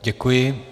Děkuji.